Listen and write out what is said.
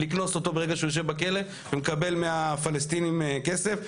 לקנוס אותו ברגע שהוא יושב בכלא ומקבל מהפלסטינים כסף.